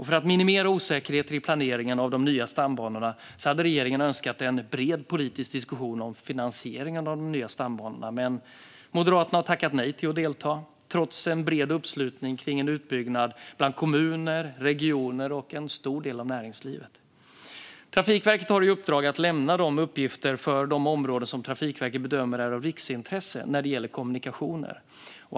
För att minimera osäkerheter i planeringen av de nya stambanorna hade regeringen önskat en bred politisk diskussion om finansieringen av de nya stambanorna, men Moderaterna har tackat nej till att delta, trots en bred uppslutning kring en utbyggnad bland kommuner, regioner och en stor del av näringslivet. Trafikverket har i uppdrag att lämna uppgifter för de områden som Trafikverket bedömer är av riksintresse när det gäller kommunikationer.